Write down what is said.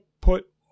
put